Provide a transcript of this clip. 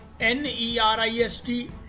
NERIST